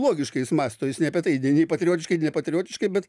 logiškai jis mąsto jis ne apie tai patriotiškai nepatriotiškai bet